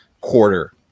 quarter